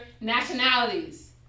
nationalities